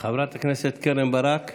חברת הכנסת קרן ברק,